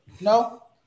No